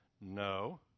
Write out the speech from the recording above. No